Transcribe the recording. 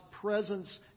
presence